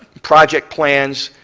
project plans,